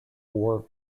war